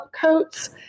coats